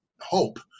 hope